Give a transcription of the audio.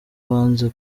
banze